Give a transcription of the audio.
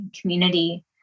community